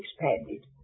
expanded